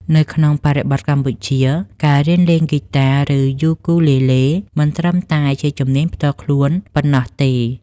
នៅក្នុងបរិបទកម្ពុជា ការរៀនលេងហ្គីតា ឬ យូគូលេលេ មិនត្រឹមតែជាជំនាញផ្ទាល់ខ្លួនប៉ុណ្ណោះទេ